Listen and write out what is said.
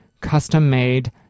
custom-made